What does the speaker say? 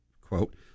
quote